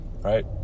right